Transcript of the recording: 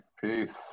Peace